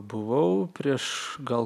buvau prieš gal